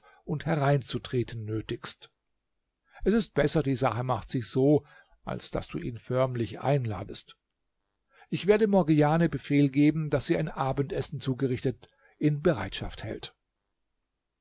und hereinzutreten nötigst es ist besser die sache macht sich so als daß du ihn förmlich einladest ich werde morgiane befehl geben daß sie ein abendessen zugerichtet in bereitschaft hält